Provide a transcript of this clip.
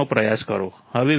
હવે Vo If Rf